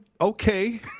okay